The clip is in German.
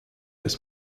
ist